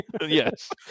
Yes